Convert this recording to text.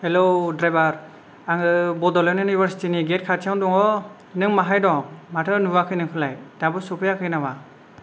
हेल' driver आंङो बड'लेन्ड इउनिभारसिटिनि gate खाथियाव दङ नों माहाय दं माथो नुआखै नोंखौलाय दाबो सफैयाखै नामा